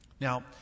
Now